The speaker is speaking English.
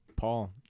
Paul